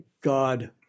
God